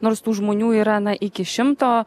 nors tų žmonių yra na iki šimto